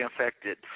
affected